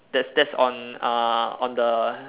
that's that's on uh on the